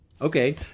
Okay